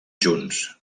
junts